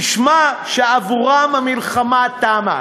משמע שעבורם המלחמה תמה.